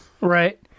Right